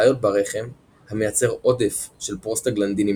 בעיות ברחם המייצר עודף של פרוסטגלנדינים